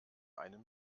einem